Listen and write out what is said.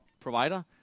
provider